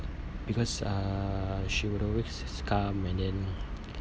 because uh she would always just come and then